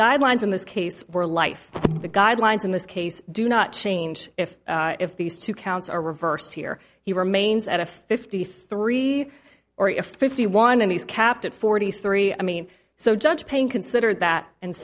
guidelines in this case were life the guidelines in this case do not change if if these two counts are reversed here he remains at a fifty three or if fifty one and he's capped at forty three i mean so judge payne considered that and